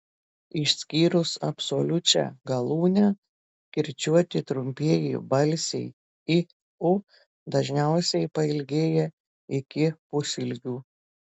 išskyrus absoliučią galūnę kirčiuoti trumpieji balsiai i u dažniausiai pailgėja iki pusilgių